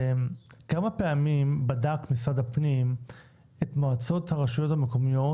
כמה פעמים בדק משרד הפנים את מועצות הרשויות המקומיות